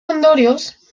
ondorioz